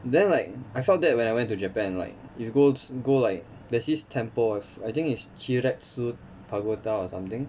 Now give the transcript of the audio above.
then like I felt that when I went to japan like you go go like there's this temple of I think is pagoda or something